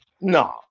No